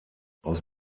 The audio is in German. aus